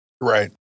Right